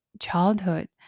childhood